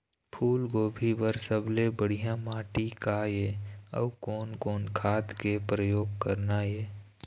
फूलगोभी बर सबले बढ़िया माटी का ये? अउ कोन कोन खाद के प्रयोग करना ये?